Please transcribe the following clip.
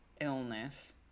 illness